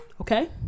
Okay